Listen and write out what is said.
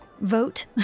vote